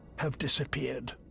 have disappeared.